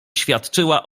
świadczyła